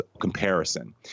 comparison